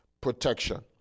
protection